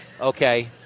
okay